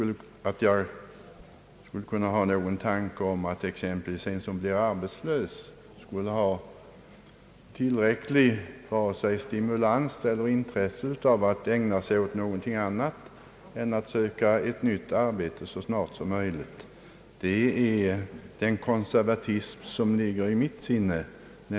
Men att jag inte har någon tanke på att exempelvis en som blir arbetslös skulle få tillräcklig stimulans eller tillräckligt intresse att ägna sig åt någonting annat än att söka ett nytt arbete så snart som möjligt, det är den konservatism som ligger i mitt sinne.